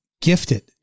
gifted